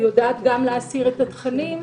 יודעת להסיר את התכנים,